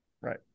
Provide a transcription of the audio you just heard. Right